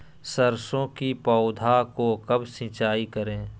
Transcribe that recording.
सरसों की पौधा को कब सिंचाई करे?